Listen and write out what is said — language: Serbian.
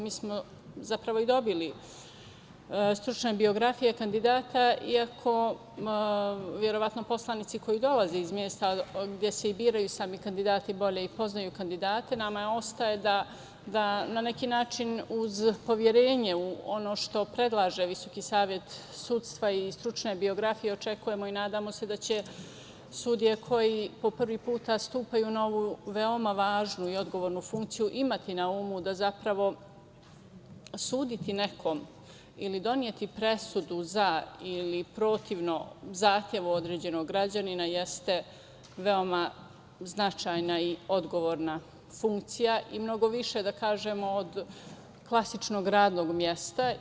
Mi smo dobili stručne biografije kandidata iako verovatno poslanici koji dolaze iz mesta gde se i biraju sami kandidati, bolje i poznaju kandidate, nama ostaje da na neki način uz poverenje, uz ono što predlaže VSS i stručne biografije, očekujemo i nadamo se da će sudije koje po prvi put stupaju na ovu veoma važnu i odgovornu funkciju, imati na umu da zapravo suditi nekom ili doneti presudu za ili protivno zahtevu određenog građanina, jeste veoma značajna i odgovorna funkcija i mnogo više da kažemo od klasičnog radnog mesta.